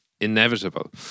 inevitable